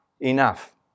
enough